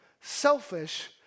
selfish